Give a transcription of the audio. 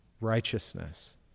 Righteousness